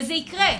וזה יקרה.